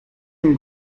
une